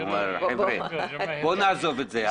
בואו נעזוב את זה.